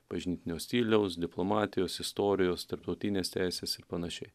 bažnytinio stiliaus diplomatijos istorijos tarptautinės teisės ir panašiai